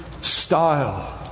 style